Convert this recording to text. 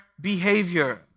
behavior